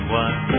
one